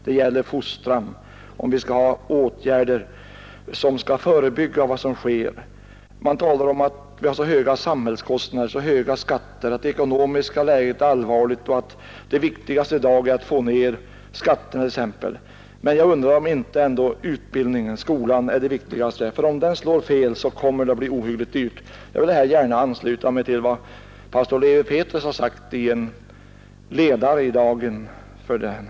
Det gäller fostran — om vi skall vidta åtgärder som verkar förebyggande. Man talar om att vi har så höga samhällskostnader, så höga skatter att det ekonomiska läget är allvarligt och att det viktigaste i dag är att få ner skatterna. Men jag undrar om inte ändå utbildningen, skolan, är det viktigaste, för om den slår fel kommer det att bli ohyggligt dyrt. Jag vill gärna ansluta mig till vad pastor Lewi Pethrus har skrivit i en ledare i tidningen Dagen för i dag.